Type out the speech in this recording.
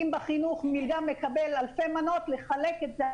אם בחינוך מילגם מקבלת אלפי מנות, אז לחלק את זה.